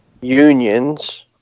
unions